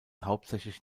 hauptsächlich